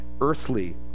earthly